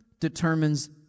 determines